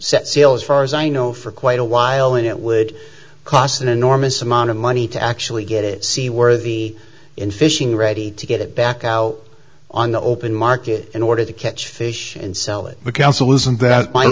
set sail as far as i know for quite a while and it would cost an enormous amount of money to actually get it sea worthy in fishing ready to get it back out on the open market in order to catch fish and s